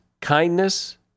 kindness